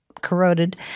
corroded